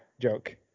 joke